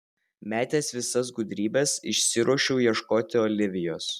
metęs visas gudrybes išsiruošiau ieškoti olivijos